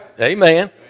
Amen